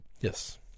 Yes